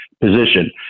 position